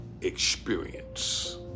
experience